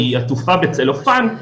כי היא עטופה בצלופן,